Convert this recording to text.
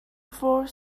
forth